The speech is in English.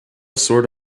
sort